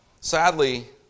Sadly